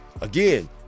Again